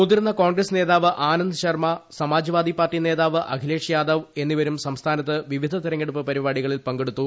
മുതിർന്ന കോണ്ട്ര്യ്ക്ക്സ് നേതാവ് ആനന്ദ് ശർമ്മ സമാജ്വാദി പാർട്ടി നേതാവ് അഖിലേഷ് ്യൂദവ് എന്നിവരും സംസ്ഥാനത്ത് വിവിധ തെരഞ്ഞെടുപ്പ് പരിപാടികളിൽ പ്രഖ്കടുത്തു